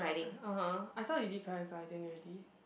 (uh huh) I thought you did paragliding already